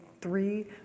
three